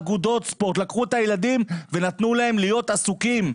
אגודות ספורט לקחו את הילדים ונתנו להם להיות עסוקים,